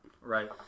Right